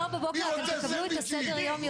יום ראשון,